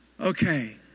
Okay